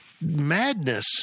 madness